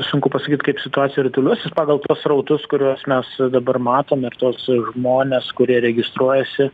sunku pasakyt kaip situacija rutuliosis pagal tuos srautus kuriuos mes dabar matom ir tuos žmones kurie registruojasi